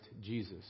Jesus